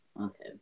Okay